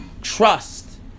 trust